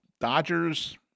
Dodgers